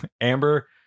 Amber